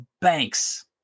banks